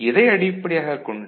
ஆனால் எதை அடிப்படையாகக் கொண்டு